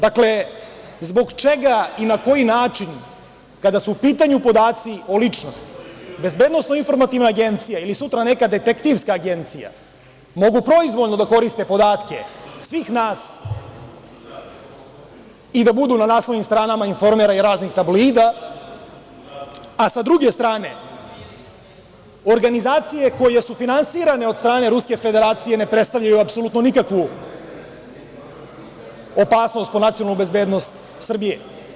Dakle, zbog čega i na koji način kada su u pitanju podaci o ličnosti BIA ili sutra neka detektivska agencija mogu proizvoljno da koriste podatke svih nas i da budu na naslovnim stranama „Informera“ i raznih tabloida, a sa druge strane, organizacije koje su finansirane od strane Ruske Federacije ne predstavljaju apsolutno nikakvu opasnost po nacionalnu bezbednost Srbije?